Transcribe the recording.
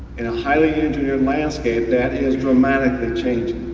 and a highly engineered landscape that is dramatically changing.